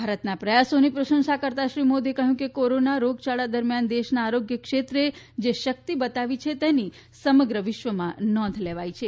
ભારતના પ્રયાસોની પ્રશંસા કરતાં શ્રી મોદીએ કહ્યું કે કોરોના રોગયાળા દરમિયાન દેશના આરોગ્ય ક્ષેત્રે જે શક્તિ બતાવી છે તેની સમગ્ર વિશ્વમાં નોંધ લીધી છે